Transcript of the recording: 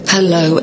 Hello